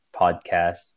podcast